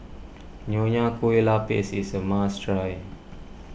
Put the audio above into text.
Nonya Kueh Lapis is a must try